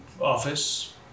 office